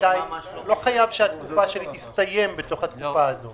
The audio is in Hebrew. לא חייב שהתקופה תסתיים בתקופה הזו.